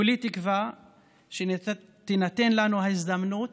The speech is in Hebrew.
כולי תקווה שתינתן לנו ההזדמנות